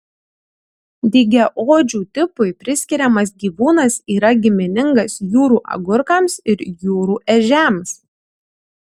dygiaodžių tipui priskiriamas gyvūnas yra giminingas jūrų agurkams ir jūrų ežiams